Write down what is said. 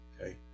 Okay